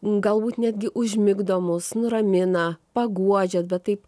galbūt netgi užmigdo mus nuramina paguodžia bet taip